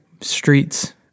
streets